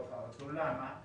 למה?